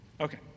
Okay